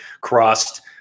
crossed